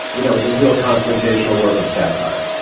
you know, the real confrontational work of satire